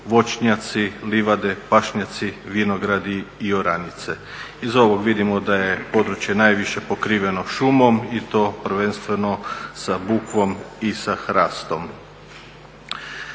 voćnjaci, livade, pašnjaci, vinogradi i oranice. Iz ovog vidimo da je područje najviše pokriveno šumom i to prvenstveno sa bukvom i sa hrastom.